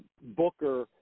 Booker